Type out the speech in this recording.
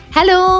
Hello